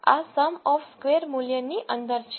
આ sum of square મૂલ્યની અંદર છે